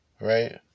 right